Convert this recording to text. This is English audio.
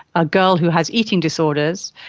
a girl who has eating disorders,